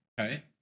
okay